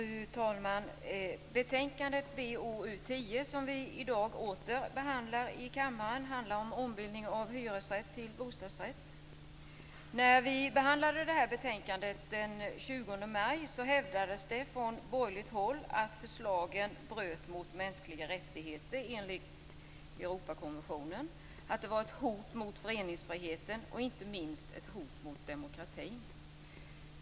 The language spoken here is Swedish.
Fru talman! Betänkande BoU10, som vi i dag återigen behandlar i kammaren, handlar om ombildning av hyresrätt till bostadsrätt. När vi behandlade detta betänkande den 20 maj hävdades det från borgerligt håll att förslaget bröt mot de mänskliga rättigheterna enligt Europakonventionen, att det var ett hot mot föreningsfriheten och inte minst ett hot mot demokratin.